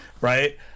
right